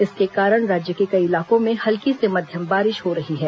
इसके कारण राज्य के कई इलाकों में हल्की से मध्यम बारिश हो रही है